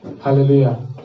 Hallelujah